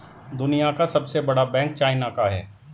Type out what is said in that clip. दुनिया का सबसे बड़ा बैंक चाइना का है